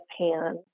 pan